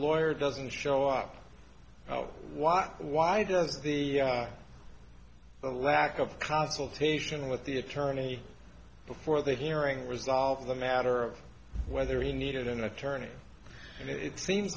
lawyer doesn't show up why why does the a lack of consultation with the attorney before they hearing resolve the matter of whether he needed an attorney and it seems